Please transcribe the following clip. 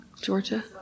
Georgia